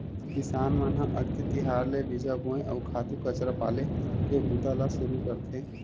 किसान मन ह अक्ति तिहार ले बीजा बोए, अउ खातू कचरा पाले के बूता ल सुरू करथे